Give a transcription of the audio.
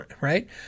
right